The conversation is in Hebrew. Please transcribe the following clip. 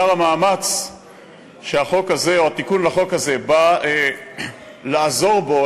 עיקר המאמץ שהתיקון לחוק הזה בא לעזור בו,